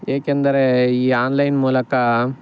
ಏಕೆಂದರೆ ಈ ಆನ್ಲೈನ್ ಮೂಲಕ